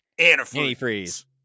Antifreeze